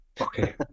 Okay